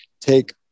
take